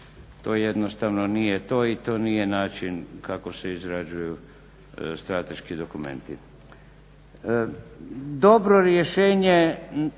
to jednostavno nije to i to nije način kako se izrađuju strateški dokumenti. Dobro rješenje